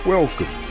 Welcome